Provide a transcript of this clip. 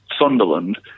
Sunderland